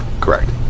Correct